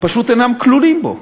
פשוט אינם כלולים בו.